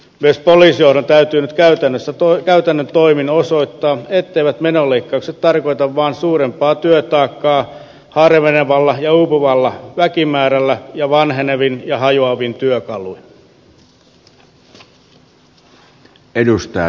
myös poliisijohdon täytyy nyt käytännön toimin osoittaa et teivät menoleikkaukset tarkoita vain suurempaa työtaakkaa harvenevalla ja uupuvalla väkimäärällä ja vanhenevin ja hajoavin työkaluin